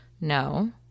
no